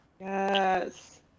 Yes